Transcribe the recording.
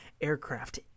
aircraft